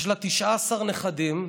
יש לה 19 נכדים.